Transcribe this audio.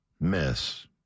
Miss